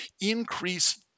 increase